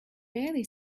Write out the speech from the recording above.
barely